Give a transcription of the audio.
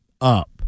Up